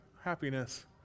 happiness